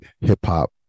hip-hop